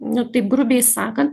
nu taip grubiai sakan